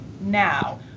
now